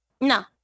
No